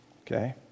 Okay